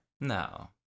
No